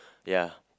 ya